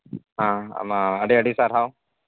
ᱦᱮᱸ ᱟᱢ ᱟᱹᱰᱤ ᱟᱹᱰᱤ ᱥᱟᱨᱦᱟᱣ